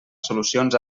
solucions